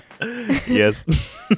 Yes